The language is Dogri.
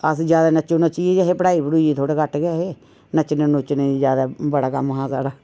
अस ज्यादा नच्चो नच्ची गै हे ते पढ़ाई पढ़ूई गी थोह्ड़े घट्ट गै हे नच्चने नूचने गी बड़ा कम्म हा साढ़ा